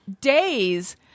days